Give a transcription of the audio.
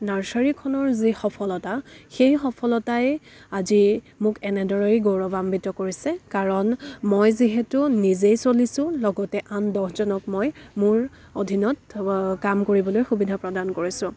নাৰ্চাৰীখনৰ যি সফলতা সেই সফলতাই আজি মোক এনেদৰেই গৌৰবান্বিত কৰিছে কাৰণ মই যিহেতু নিজেই চলিছোঁ লগতে আন দহজনক মই মোৰ অধীনত কাম কৰিবলৈ সুবিধা প্ৰদান কৰিছোঁ